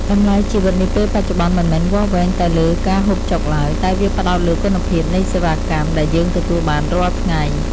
តម្លៃជីវិតនាពេលបច្ចុប្បន្នមិនមែនវាស់វែងតែលើការហូបចុកឡើយ តែវាផ្ដោតលើគុណភាពនៃសេវាកម្មដែលយើងទទួលបានរាល់ថ្ងៃ។